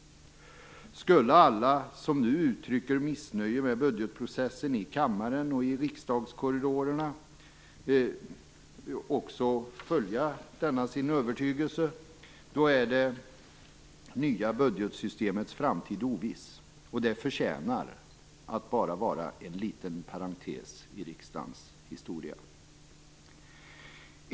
Skulle alla som nu i kammaren och i riksdagskorridorerna uttrycker missnöje över budgetprocessen också följa denna sin övertygelse är det nya budgetsystemets framtid oviss. Det förtjänar att bara vara en liten parentes i riksdagens historia.